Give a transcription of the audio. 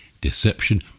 deception